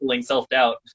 self-doubt